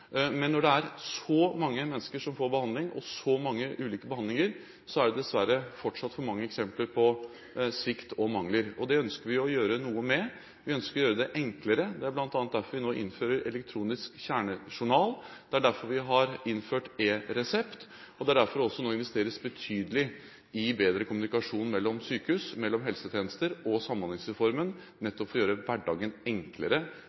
Men når det er så mange mennesker som får behandling, og så mange ulike behandlinger, er det dessverre fortsatt for mange eksempler på svikt og mangler. Det ønsker vi å gjøre noe med. Vi ønsker å gjøre det enklere. Det er bl.a. derfor vi nå innfører elektronisk kjernejournal, det er derfor vi har innført eResept, og det er derfor det også nå investeres betydelig i bedre kommunikasjon mellom sykehus, mellom helsetjenester og Samhandlingsreformen – nettopp for å gjøre hverdagen enklere